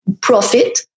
profit